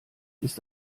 ist